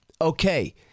okay